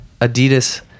Adidas